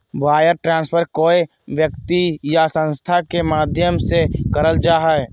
wire transfer कोय व्यक्ति या संस्था के माध्यम से करल जा हय